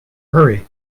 hurry